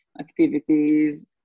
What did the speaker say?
activities